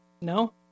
No